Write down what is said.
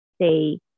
say